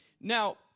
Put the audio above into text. Now